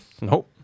Nope